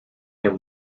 him